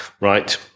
Right